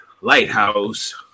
Lighthouse